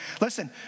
Listen